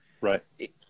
right